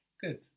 Good